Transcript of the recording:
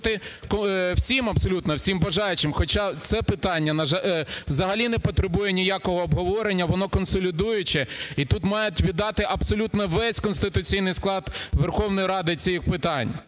виступити всім абсолютно, всім бажаючим, хоча це питання взагалі не потребує ніякого обговорення, воно консолідуюче. І тут мають віддати абсолютно весь конституційний склад Верховної Ради з цих питань.